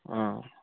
अ